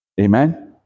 Amen